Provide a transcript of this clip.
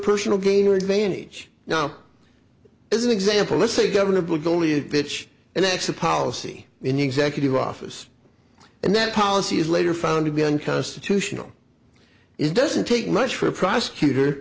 personal gain or advantage now as an example let's say governor bush is only a bitch and that's the policy in the executive office and that policy is later found to be unconstitutional it doesn't take much for a prosecutor